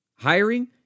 Hiring